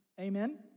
Amen